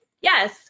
yes